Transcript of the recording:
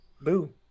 Boo